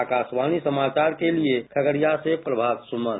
आकाशवाणी समाचार के लिए खगडिया से प्रभात सुमन